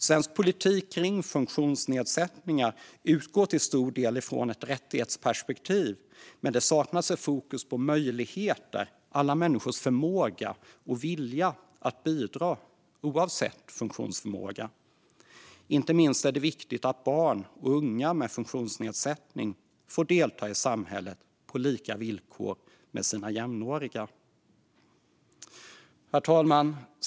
Svensk politik kring funktionsnedsättningar utgår till stor del från ett rättighetsperspektiv, men det saknas ett fokus på möjligheter och alla människors förmåga och vilja att bidra, oavsett funktionsförmåga. Inte minst är det viktigt att barn och unga med funktionsnedsättning får delta i samhället på lika villkor som deras jämnåriga. Herr talman!